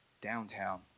downtown